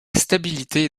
stabilité